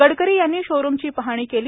गडकरी यांनी शोरूमची पाहणी केली